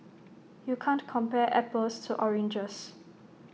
you can't compare apples to oranges